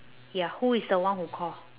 ya who is the one who call